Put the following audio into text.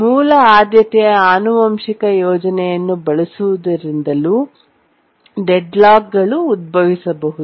ಮೂಲ ಆದ್ಯತೆಯ ಆನುವಂಶಿಕ ಯೋಜನೆಯನ್ನು ಬಳಸುವುದರಿಂದಲೂ ಡೆಡ್ಲಾಕ್ಗಳು ಉದ್ಭವಿಸಬಹುದು